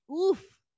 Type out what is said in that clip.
Oof